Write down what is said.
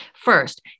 First